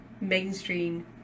mainstream